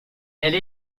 elle